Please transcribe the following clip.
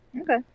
Okay